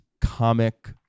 comic